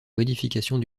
modifications